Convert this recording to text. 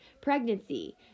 pregnancy